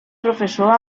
professor